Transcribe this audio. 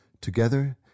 Together